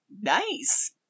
nice